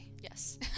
yes